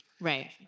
Right